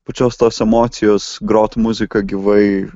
pačios tos emocijos grot muziką gyvai